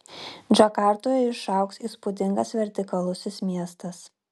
džakartoje išaugs įspūdingas vertikalusis miestas